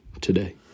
today